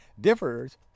differs